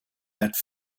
that